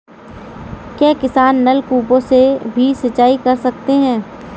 क्या किसान नल कूपों से भी सिंचाई कर सकते हैं?